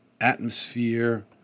atmosphere